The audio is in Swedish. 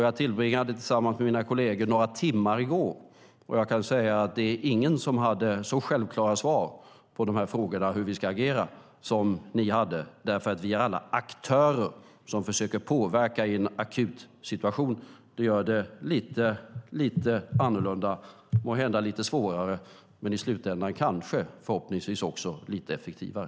Jag tillbringade några timmar med mina kolleger i går, och jag kan säga att det inte var någon som hade så självklara svar på de här frågorna hur vi ska agera som ni har. Vi är alla aktörer som försöker påverka i en akut situation. Det gör det lite annorlunda, måhända lite svårare men i slutändan kanske förhoppningsvis också lite effektivare.